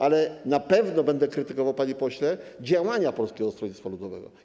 Ale na pewno będę krytykował, panie pośle, działania Polskiego Stronnictwa Ludowego.